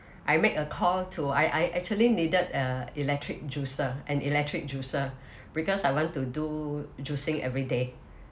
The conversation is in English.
I make a call to I I actually needed a electric juicer an electric juicer because I want to do juicing every day